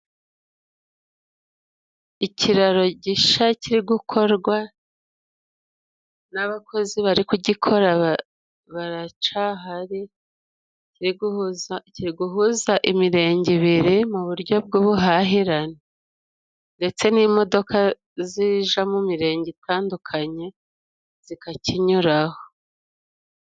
Ikiraro gisha kiri gukorwa n'abakozi bari kugikora baracahari, kiri guhuza imirenge ibiri mu buryo bw'ubuhahirane, ndetse n'imodoka zija mu mirenge itandukanye zikakinyuraho.